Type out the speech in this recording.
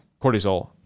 cortisol